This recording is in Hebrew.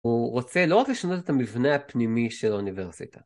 הוא רוצה לא רק לשנות את המבנה הפנימי של האוניברסיטה.